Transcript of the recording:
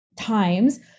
times